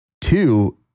two